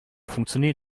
funktioniert